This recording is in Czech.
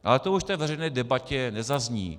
Ale to už v té veřejné debatě nezazní.